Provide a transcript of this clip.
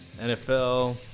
NFL –